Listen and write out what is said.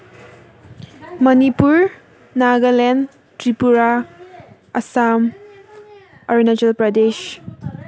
Manipur Nagaland Tripura Assam Arunachal Pradesh